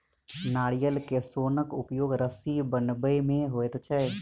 नारियल के सोनक उपयोग रस्सी बनबय मे होइत छै